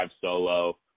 solo